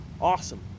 awesome